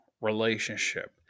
relationship